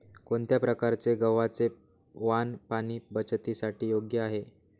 कोणत्या प्रकारचे गव्हाचे वाण पाणी बचतीसाठी योग्य आहे?